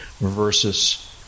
versus